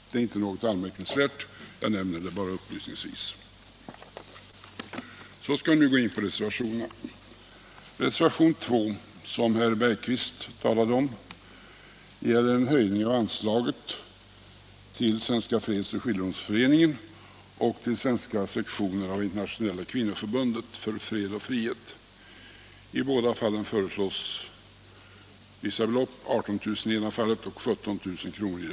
Det är inte något anmärkningsvärt; jag nämner det bara upplysningsvis.